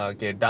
Okay